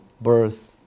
birth